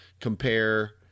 compare